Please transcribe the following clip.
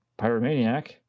pyromaniac